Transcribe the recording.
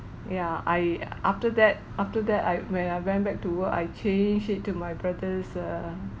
yeah I after that after that I when I went back to work I change it to my brothers err